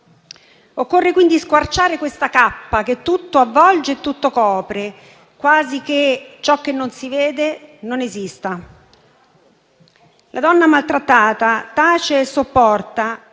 Occorre quindi squarciare questa cappa che tutto avvolge e tutto copre, quasi che ciò che non si vede non esista. La donna maltrattata tace e sopporta,